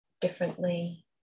differently